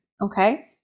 Okay